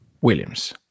Williams